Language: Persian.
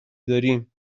داریم